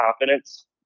confidence